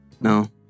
No